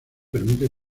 permite